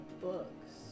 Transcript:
books